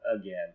again